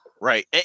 right